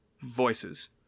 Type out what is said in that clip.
voices